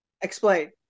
Explain